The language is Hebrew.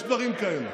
יש דברים כאלה,